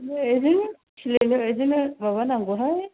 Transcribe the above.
बिदिनो खिलिनाय बायदिनो माबानांगौ हाय